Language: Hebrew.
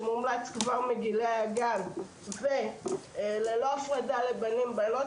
שמומלץ כבר מגילאי הגן וללא הפרדה לבנים ובנות